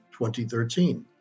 2013